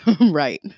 right